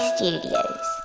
Studios